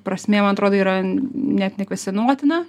prasmė man atrodo yra net nekvestionuotina